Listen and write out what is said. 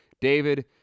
David